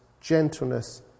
gentleness